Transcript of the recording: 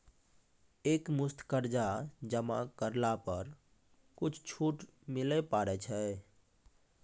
एक मुस्त कर्जा जमा करला पर कुछ छुट मिले पारे छै?